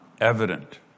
evident